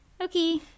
okay